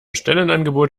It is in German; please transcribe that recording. stellenangebot